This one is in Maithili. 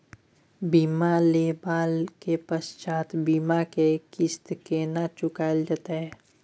बीमा लेबा के पश्चात बीमा के किस्त केना चुकायल जेतै?